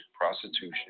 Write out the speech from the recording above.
prostitution